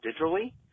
digitally